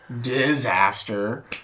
disaster